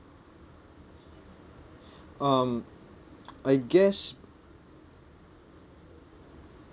um I guess